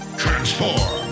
transform